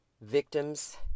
Victims